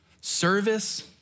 service